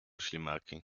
ślimaki